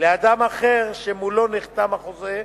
לאדם אחר, שמולו נחתם החוזה,